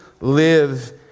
live